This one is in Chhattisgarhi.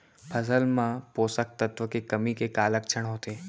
फसल मा पोसक तत्व के कमी के का लक्षण होथे?